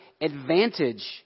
advantage